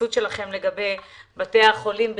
להתייחסות שלכם לגבי בתי החולים בכלל,